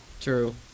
True